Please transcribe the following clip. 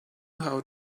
how